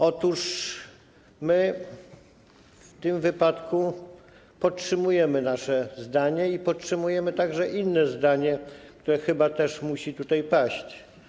Otóż my w tym wypadku podtrzymujemy nasze zdanie i podtrzymujemy także inne zdanie, które chyba też musi tutaj paść.